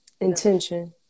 intention